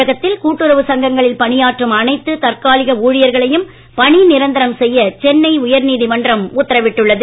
தமிழகத்தில் கூட்டுறவு சங்கங்களில் பணியாற்றும் அனைத்து தற்காலிக ஊழியர்களையும் பணி நிரந்தரம் செய்ய சென்னை உயர் நீதிமன்றம் உத்தரவிட்டுள்ளது